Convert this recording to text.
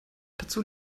dazu